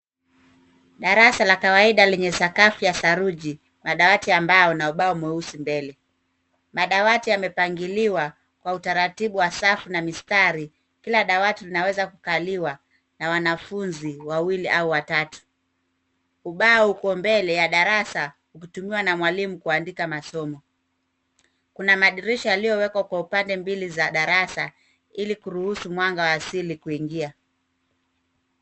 Darasa la kawaida lenye sakafu ya saruji na dawati la mbao una ubao mweusi mbele. Madawati yamepangiliwa kwa utaratibu wa safu na mistari. Haya dawati inaweza kukaliwa na wanafunzi wawili au watatu. Ubao uko mbele ya darasa hutumiwa na mwalimu kuandika masomo. Kuna madirisha yaliyowekwa kwa upande mbili za darasa ili kuruhusu mwanga wa asili kuingia.